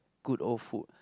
good old food